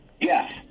Yes